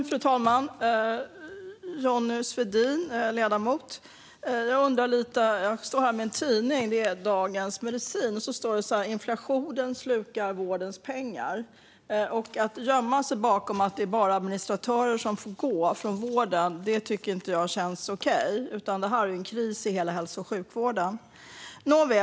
Fru talman! Jag undrar lite, ledamoten Johnny Svedin. Jag står här med en tidning, Dagens Medicin, där det står: "Inflationen slukar vårdens pengar." Att gömma sig bakom att det bara är administratörer som får gå från vården tycker jag inte känns okej. Detta är en kris i hela hälso och sjukvården.